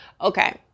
Okay